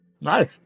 Nice